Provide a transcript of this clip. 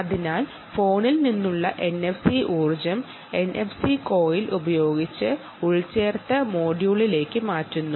അതിനാൽ ഫോണിൽ നിന്നുള്ള എൻഎഫ്സി ഊർജ്ജം എൻഎഫ്സി കോയിൽ ഉപയോഗിച്ച് എംബഡഡ് മൊഡ്യൂളിലേക്ക് മാറ്റുന്നു